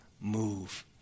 move